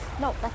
No